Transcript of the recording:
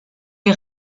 est